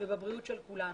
ובבריאות של כולנו.